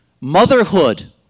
Motherhood